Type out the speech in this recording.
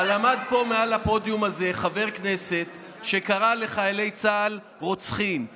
אבל עמד פה מעל הפודיום הזה חבר כנסת שקרא לחיילי צה"ל "רוצחים".